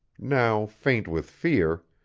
now faint with fear,